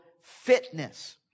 fitness